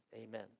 Amen